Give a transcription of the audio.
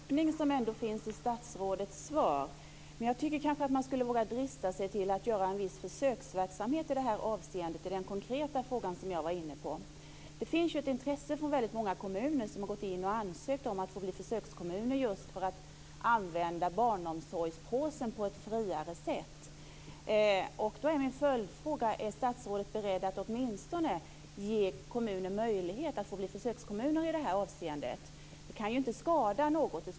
Herr talman! Jag tackar för den öppning som ändå finns i statsrådets svar. Jag tycker nog att man skulle våga sig på en viss försöksverksamhet i det här avseendet i den konkreta fråga som jag var inne på. Det finns ett intresse från väldigt många kommuner som har ansökt om att få bli försökskommuner, just för att använda barnomsorgspåsen på ett friare sätt. Då är min följdfråga: Är statsrådet beredd att åtminstone ge kommuner möjlighet att bli försökskommuner i det här avseendet? Det kan ju inte skada något.